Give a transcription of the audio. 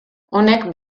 honek